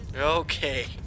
Okay